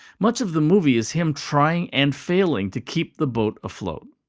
much of the movie is him trying and failing to keep the boat afloat.